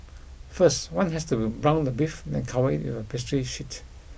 first one has to be brown the beef then cover it with a pastry sheet